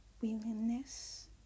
willingness